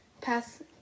pass